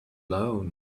alone